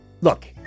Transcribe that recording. look